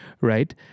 right